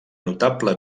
notable